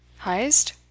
Heist